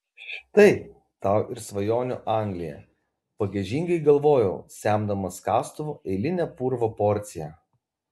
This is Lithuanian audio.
štai tau ir svajonių anglija pagiežingai galvojau semdamas kastuvu eilinę purvo porciją